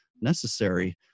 necessary